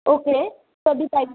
okay कधी पाहिजे